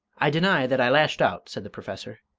i deny that i lashed out! said the professor.